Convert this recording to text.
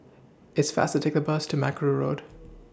It's faster to Take Bus to Mackerrow Road